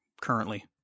currently